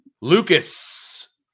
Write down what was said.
Lucas